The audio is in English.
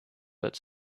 but